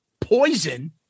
Poison